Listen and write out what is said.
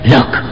Look